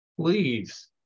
please